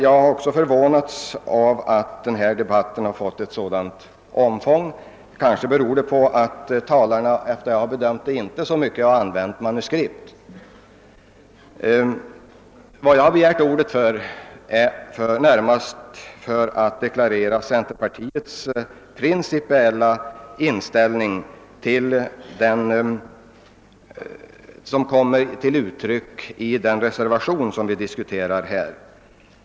Jag har också förvånat mig över att denna debatt fått ett så stort omfång. Det kanske beror på att talarna inte i någon större utsträckning tycks ha använt manuskript. Den frågan ledde till en lång debatt tidigare i dag. Jag har närmast begärt ordet för att deklarera centerpartiets principiella inställning beträffande en decentralisering av samhälleliga aktiviteter.